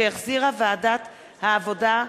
שהחזירה ועדת העבודה,